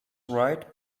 right